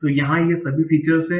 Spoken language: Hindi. तो यहाँ ये सभी फीचर्स हैं